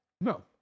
No